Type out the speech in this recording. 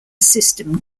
system